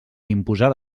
imposar